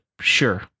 sure